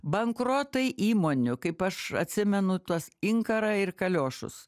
bankrotai įmonių kaip aš atsimenu tuos inkarą ir kaliošus